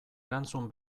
erantzun